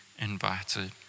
invited